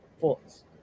Thoughts